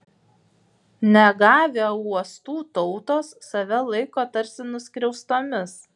negavę uostų tautos save laiko tarsi nuskriaustomis